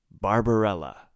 Barbarella